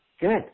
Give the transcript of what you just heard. Good